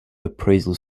appraisal